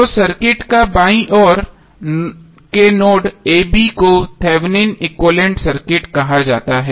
तो इस सर्किट को बाईं ओर के नोड a b को थेवेनिन एक्विवैलेन्ट सर्किट कहा जाता है